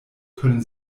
können